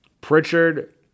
Pritchard